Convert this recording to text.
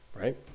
right